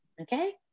okay